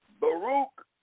Baruch